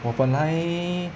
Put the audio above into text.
我本来